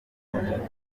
noneho